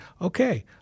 okay